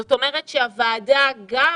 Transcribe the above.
זאת אומרת, הוועדה, גם